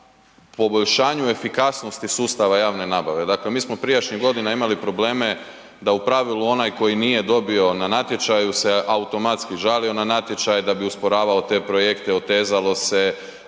k poboljšanju efikasnosti sustava javne nabave. Dakle mi smo prijašnjih godina imali probleme da u pravilu onaj koji nije dobio na natječaju se automatski žalio na natječaj, da bi usporavao te projekte, otezalo se,